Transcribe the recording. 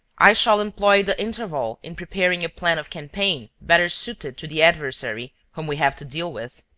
i shall employ the interval in preparing a plan of campaign better suited to the adversary whom we have to deal with.